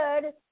good